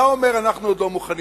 אתה אומר: אנחנו עוד לא מוכנים.